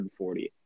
140